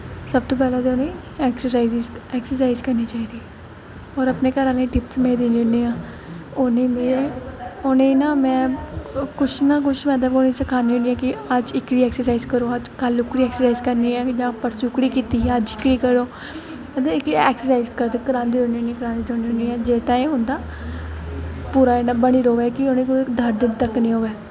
सब तो पैह्लें ते उ'नें ई एक्सरसाइज करनी चाहिदी होर अपनें घरे आह्लें ई टिप्स में दिन्नी आं उ'नें ई में ना कुछ ना कुछ मतलब में उ'नें गी सखानी होनी आं कि अज्ज करांदी रौह्नी होनी एह्कड़ी एक्सरसाइज करो कल ओह्कड़ी करनी ऐ जां परसो ओह्कड़ी कीती ही ते अज्ज एह्कड़ी करो ते एह्की एक्सरसाइज करांदी रौह्नी होनी करांदी रौह्नी होनी आं जिस टाइम इं'दा पूरा बनी र'वै कि उ'नें गी दर्द तक निं होऐ